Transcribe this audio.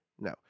No